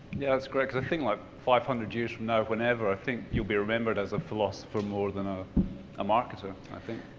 yeah that's great, cause i think like five hundred years from now, whenever, i think you'll be remembered as a philosopher more than a marketer, i think.